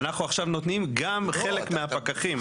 אנחנו עכשיו נותנים גם חלק מהפקחים,